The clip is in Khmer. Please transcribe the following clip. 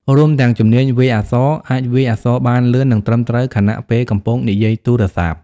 រួមទាំង ជំនាញវាយអក្សរ អាចវាយអក្សរបានលឿន និងត្រឹមត្រូវខណៈពេលកំពុងនិយាយទូរស័ព្ទ។